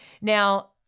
Now